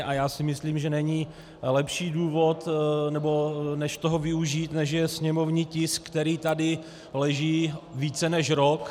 A já si myslím, že není lepší důvod než toho využít, než je sněmovní tisk, který tady leží více než rok